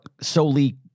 solely